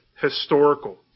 historical